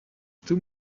too